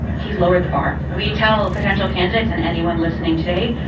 he's lowered the bar. we tell potential candidates and anyone listening today,